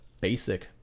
basic